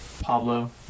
pablo